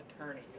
attorney